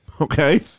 Okay